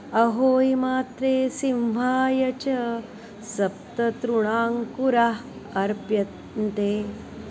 अहोयि मात्रे सिंहाय च सप्ततृणाङ्कुराः अर्प्यन्ते